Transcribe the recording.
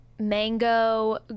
Mango